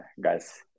guys